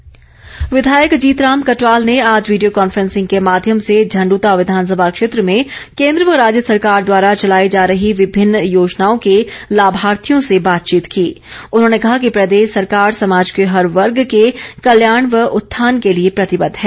कटवाल विधायक जीतराम कटवाल ने आज वीडियो कॉन्फ्रेंसिंग के माध्यम से झंडुता विधासभा क्षेत्र में केंद्र व राज्य सरकार द्वारा चलाई जा रही विभिन्न योजनाओं के लाभार्थियों से बातचीत को ं उन्होंने कहा कि प्रदेश सरकार समाज के हर वर्ग के कल्याण व उत्थान के लिए प्रतिबद्ध है